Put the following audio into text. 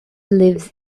lives